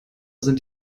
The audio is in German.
sind